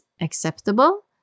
acceptable